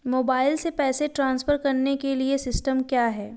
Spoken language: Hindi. मोबाइल से पैसे ट्रांसफर करने के लिए सिस्टम क्या है?